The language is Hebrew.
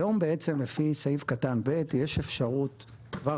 היום לפי סעיף קטן (ב) יש אפשרות כבר